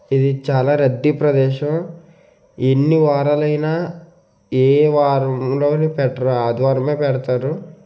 ఇది చాలా రద్దీ ప్రదేశం ఎన్ని వారాలైనా ఏ వారంలోను పెట్టరు ఆదివారమే పెడతారు